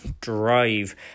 drive